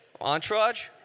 Entourage